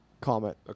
comment